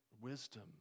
wisdom